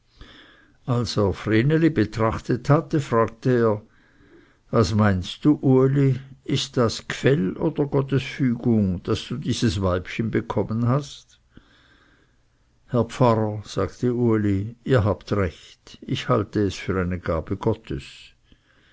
als er vreneli betrachtet hatte fragte er was meinst du uli ist das gfell oder gottes fügung daß du dieses weibchen bekommen herr pfarrer sagte uli ihr habt recht ich halte es für eine gabe gottes